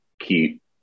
keep